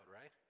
right